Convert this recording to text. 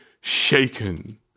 shaken